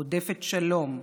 רודפת שלום,